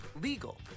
legal